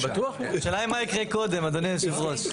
השאלה היא מה יקרה קודם, אדוני יושב הראש.